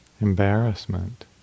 embarrassment